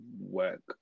work